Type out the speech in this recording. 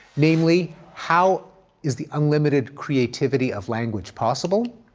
namely how is the unlimited creativity of language possible?